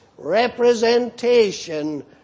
representation